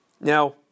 Now